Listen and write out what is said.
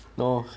no